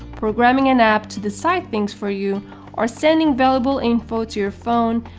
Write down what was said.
programming an app to decide things for you or sending valuable info to your phone,